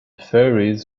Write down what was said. faeries